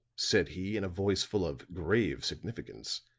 said he, in a voice full of grave significance,